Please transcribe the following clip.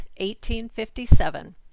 1857